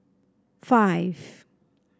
five